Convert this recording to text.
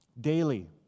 Daily